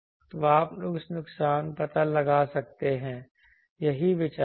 तो आप नुकसान का पता लगा सकते हैं यही विचार है